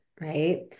right